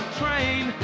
train